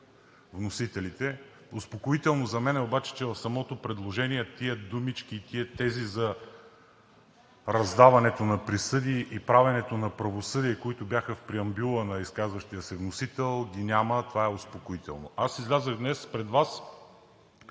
вносителите. Успокоително за мен обаче е, че в самото предложение тези думички, тези тѐзи за раздаването на присъди и правенето на правосъдие, които бяха в преамбюла на изказващия се вносител, ги няма. Това е успокоително. Аз излязох днес пред Вас,